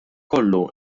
kollu